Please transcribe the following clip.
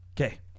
Okay